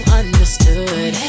understood